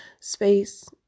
Space